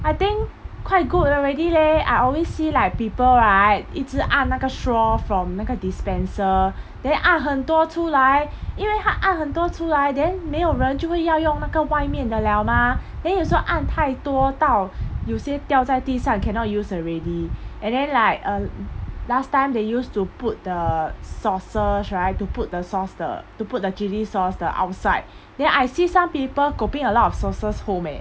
I think quite good already leh I always see like people right 一直按那个 straw from 那个 dispenser then 按很多出来因为他按很多出来 then 没有人就会要用那个外面的了 mah then 有时候按太多到有些掉在地上 cannot use already and then like um last time they used to put the saucers right to put the sauce 的 to put the chilli sauce the outside then I see some people koping a lot of saucers home eh